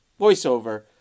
Voiceover